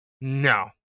no